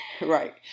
Right